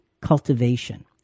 cultivation